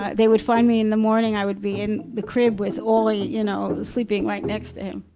ah they would find me in the morning, i would be in the crib with ori, you know, sleeping right next to him.